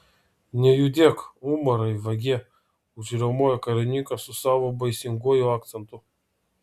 nejudėk umarai vagie užriaumojo karininkas su savo baisinguoju akcentu